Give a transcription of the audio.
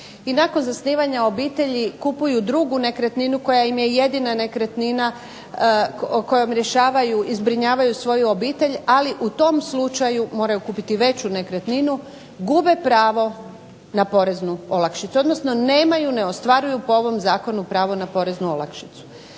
I nakon zasnivanja obitelji kupuju drugu nekretninu koja im je jedina nekretnina kojom rješavaju i zbrinjavaju svoju obitelj, ali u tom slučaju moraju kupiti veću nekretninu, gube pravo na poreznu olakšicu, odnosno nemaju pravo na ostvarenje po ovom zakonu na poreznu olakšicu.